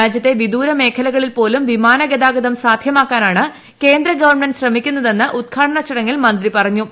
രാജ്യത്തെ വിദൂര മേഖലകളിൽ പോലും വിമാന ഗതാഗതം സാധൃമാക്കാനാണ് കേന്ദ്രഗവണ്മെന്റ് ശ്രമിക്കുന്നതെന്ന് ഉദ്ഘാടന ചടങ്ങിൽ മന്ത്രി പറഞ്ഞു